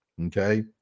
okay